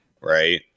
right